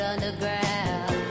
Underground